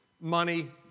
Money